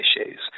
issues